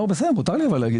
לא, בסדר, אבל מותר לי להגיד.